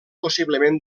possiblement